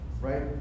right